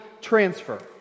transfer